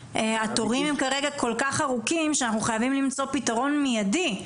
התורים הם כרגע כל כך ארוכים שאנחנו חייבים למצוא פתרון מידי.